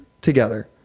together